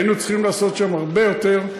היינו צריכים לעשות שם הרבה יותר,